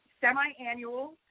semi-annual